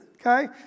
okay